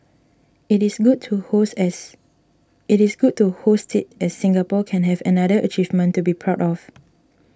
it is good to host it as Singapore can have another achievement to be proud of